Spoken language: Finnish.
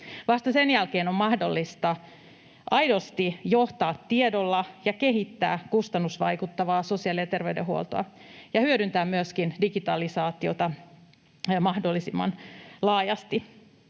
Vasta sen jälkeen on mahdollista aidosti johtaa tiedolla ja kehittää kustannusvaikuttavaa sosiaali- ja terveydenhuoltoa ja hyödyntää myöskin digitalisaa-tiota mahdollisimman laajasti.